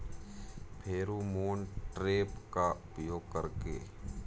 Pheromone trap का उपयोग कर के?